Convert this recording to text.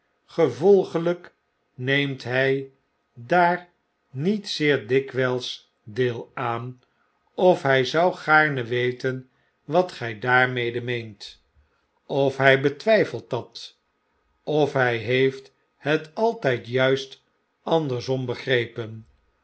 neemt hy daar niet zeer dikwyls deel aan of hy zou gaarne weten wat gy daarmede meent of hy betwyfelt dat of hy heeft het altijd juistandersom begrepen